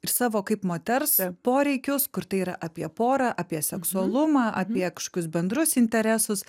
ir savo kaip moters poreikius kur tai yra apie porą apie seksualumą apie kažkokius bendrus interesus